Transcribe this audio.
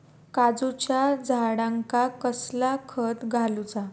काजूच्या झाडांका कसला खत घालूचा?